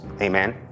Amen